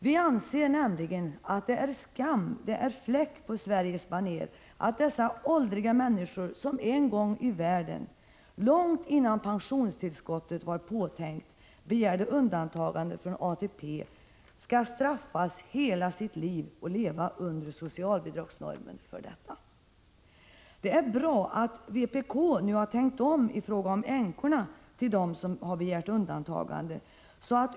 Vi anser att ”det är skam, det är fläck på Sveriges banér” att dessa åldriga människor, som en gång i tiden — långt innan pensionstillskottet var påtänkt — begärde undantagande från ATP, skall ”straffas” hela sitt liv för detta och behöva leva under socialbidragsnormen! Det är bra att vpk nu har tänkt om i fråga om änkorna efter dem som har begärt undantagande från ATP.